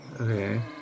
Okay